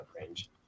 range